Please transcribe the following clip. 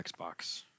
Xbox